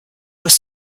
must